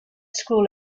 school